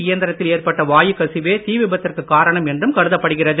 இயந்திரத்தில் ஏற்பட்ட வாயுக் கசிவே தீ விபத்திற்கு காரணம் என்றும் கருதப்படுகிறது